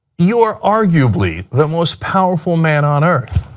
you're arguably the most powerful man on earth.